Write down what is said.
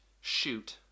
shoot